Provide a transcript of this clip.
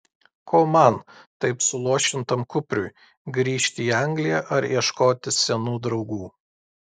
ko man taip suluošintam kupriui grįžti į angliją ar ieškoti senų draugų